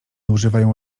używają